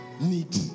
need